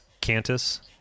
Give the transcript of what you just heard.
Cantus